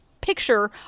picture